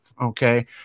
Okay